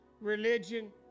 religion